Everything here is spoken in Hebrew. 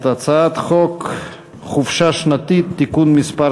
את הצעת חוק חופשה שנתית (תיקון מס'